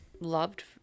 loved